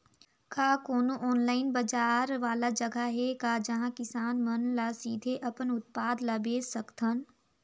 का कोनो ऑनलाइन बाजार वाला जगह हे का जहां किसान मन ल सीधे अपन उत्पाद ल बेच सकथन?